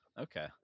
okay